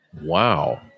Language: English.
Wow